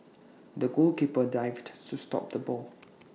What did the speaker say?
the goalkeeper dived to stop the ball